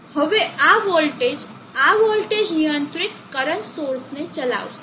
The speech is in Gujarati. હવે આ વોલ્ટેજ આ વોલ્ટેજ નિયંત્રિત કરંટ સોર્સને ચલાવશે